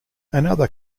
another